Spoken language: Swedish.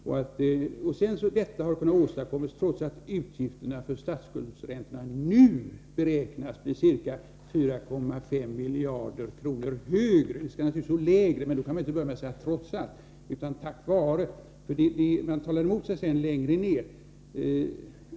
Sedan står det att detta har kunnat åstadkommas, trots att utgifterna för statsskuldsräntorna nu beräknas bli ca 4,5 miljarder kronor högre. Det skall naturligtvis stå ”lägre”. Men då kan man inte börja med att säga ”trots att”, utan man bör säga ”tack vare”. Man talar emot sig själv längre ned.